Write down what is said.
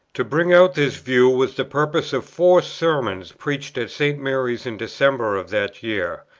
to bring out this view was the purpose of four sermons preached at st. mary's in december of that year.